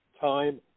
time